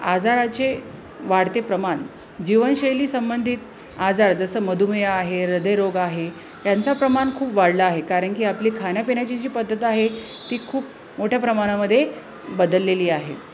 आजाराचे वाढते प्रमाण जीवनशैली संबंधित आजार जसं मधुमेह आहे ह्रदयरोग आहे यांचा प्रमाण खूप वाढला आहे कारण की आपली खाण्यापिण्याची जी पद्धत आहे ती खूप मोठ्या प्रमाणामध्ये बदललेली आहे